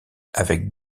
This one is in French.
avec